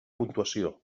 puntuació